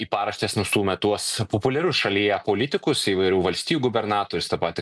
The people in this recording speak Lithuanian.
į paraštes nustūmė tuos populiarius šalyje politikus įvairių valstijų gubernatorius tą patį